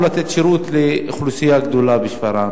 כשהוא אמור לתת שירות לאוכלוסייה גדולה בשפרעם.